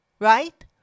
Right